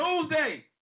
Tuesday